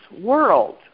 world